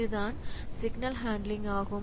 இதுதான் signal handling ஆகும்